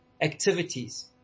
activities